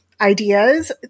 ideas